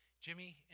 Jimmy